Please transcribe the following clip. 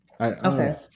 Okay